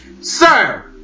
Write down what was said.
Sir